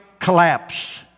collapse